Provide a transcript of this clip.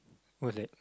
or that